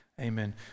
Amen